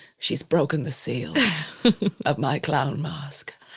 she's broken the seal of my clown mask.